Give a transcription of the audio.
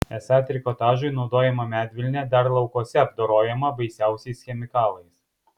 esą trikotažui naudojama medvilnė dar laukuose apdorojama baisiausiais chemikalais